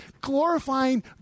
glorifying